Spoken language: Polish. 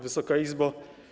Wysoka Izbo!